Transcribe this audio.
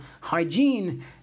hygiene